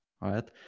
right